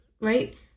right